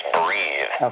breathe